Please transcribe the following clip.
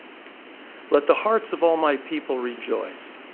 let the hearts of all my people rejoice,